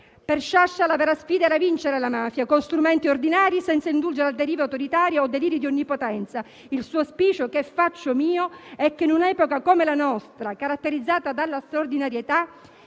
Per Sciascia la vera sfida era vincere la mafia con strumenti ordinari, senza indulgere a derive autoritarie o deliri di onnipotenza. Il suo auspicio, che faccio mio, è che in un'epoca come la nostra, caratterizzata dalla straordinarietà,